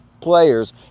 players